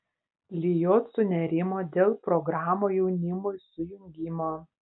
lijot sunerimo dėl programų jaunimui sujungimo